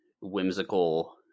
whimsical